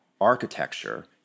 architecture